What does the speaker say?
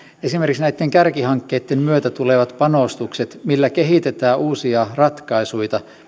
esimerkiksi näitten kärkihankkeitten myötä tulevat panostukset millä kehitetään uusia ratkaisuja